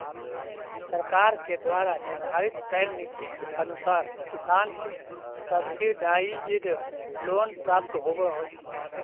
सरकार के द्वारा निर्धारित कैल नीति के अनुसार किसान के सब्सिडाइज्ड लोन प्राप्त होवऽ हइ